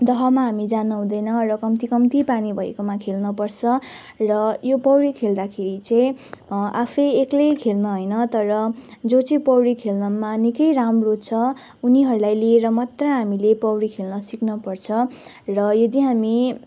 दहमा हामी जानुहुँदैन र कम्ती कम्ती पानी भएकोमा खेल्नुपर्छ र यो पौडी खेल्दाखेरि चाहिँ आफै एक्लै खेल्ने होइन तर जो चाहिँ पौडी खेल्नमा निकै राम्रो छ उनीहरूलाई लिएर मात्रै हामीले पौडी खेल्न सिक्नुपर्छ र यदि हामी